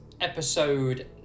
episode